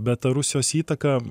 bet ta rusijos įtaka